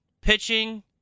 pitching